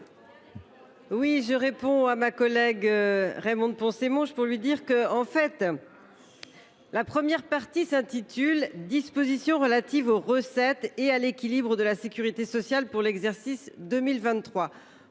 Oui, je réponds à ma collègue Raymond c'est moche pour lui dire que, en fait. La première partie s'intitule dispositions relatives aux recettes et à l'équilibre de la Sécurité sociale pour l'exercice 2023.